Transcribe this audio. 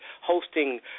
hosting